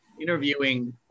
interviewing